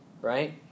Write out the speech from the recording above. right